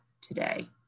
today